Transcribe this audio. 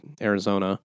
Arizona